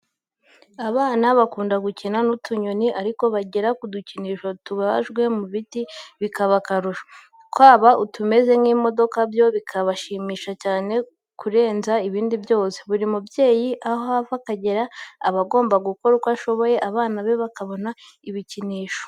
Abana bakunda gukina n'utunyoni ariko bagera ku dukinisho tubajwe mu biti, bikaba akarusho, twaba utumeze nk'imodoka byo bikabashimisha cyane kurenza ibindi byose, buri mubyeyi aho ava akagera aba agomba gukora uko ashoboye abana be bakabona ibikinisho.